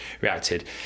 reacted